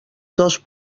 dos